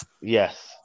Yes